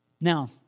Now